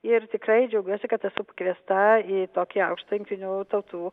ir tikrai džiaugiuosi kad esu pakviesta į tokį aukštą jungtinių tautų